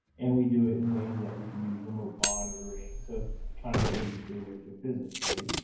and we do it in ways that we can use remote monitoring. so kind of the originclear way of doing business, right?